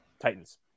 titans